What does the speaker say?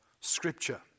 Scripture